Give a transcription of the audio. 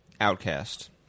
outcast